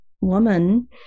woman